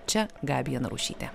čia gabija narušytė